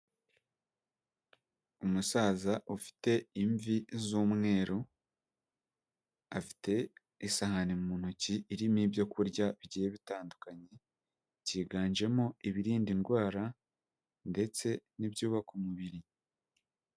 umusaza ufite imvi z'umweru, afite isahani mu ntoki irimo ibyo kurya bigiye bitandukanye, byiganjemo ibirinda indwara ndetse n'ibyubaka umubiri.